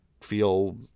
feel